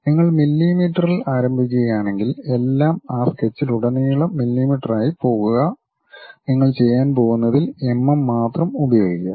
നിങ്ങൾ മില്ലീമീറ്ററിൽ ആരംഭിക്കുകയാണെങ്കിൽ എല്ലാം ആ സ്കെച്ചിലുടനീളം മില്ലീമീറ്ററുമായി പോകുക നിങ്ങൾ ചെയ്യാൻ പോകുന്നതിൽ എംഎം മാത്രം ഉപയോഗിക്കുക